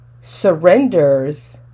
surrenders